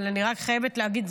אבל אני רק חייבת להגיד,